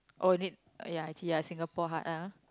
oh need ya actually ya Singapore hard ah